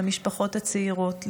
למשפחות הצעירות,